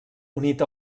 unit